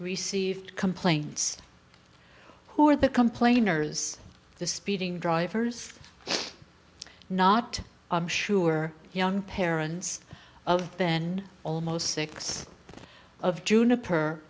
received complaints who are the complainers the speeding drivers not sure young parents of ben almost six of juniper